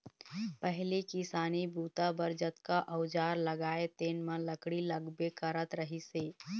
पहिली किसानी बूता बर जतका अउजार लागय तेन म लकड़ी लागबे करत रहिस हे